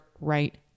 right